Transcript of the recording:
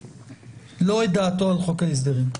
לא את דעתו על חוק ההסדרים.